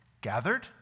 Gathered